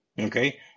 Okay